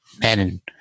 men